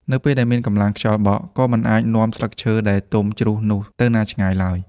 នៅពេលដែលមានកម្លាំងខ្យល់បក់ក៏មិនអាចនាំស្លឹកឈើដែលទំុជ្រុះនោះទៅណាឆ្ងាយឡើយ។